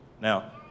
Now